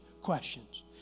questions